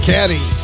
Caddy